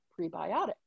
prebiotic